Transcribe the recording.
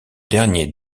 dernier